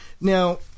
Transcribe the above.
Now